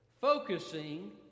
focusing